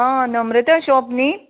आं नम्रता शॉप न्ही